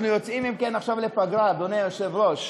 אנחנו יוצאים עכשיו לפגרה, אדוני היושב-ראש,